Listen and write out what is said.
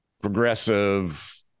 progressive